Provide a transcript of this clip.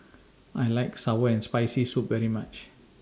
I like Sour and Spicy Soup very much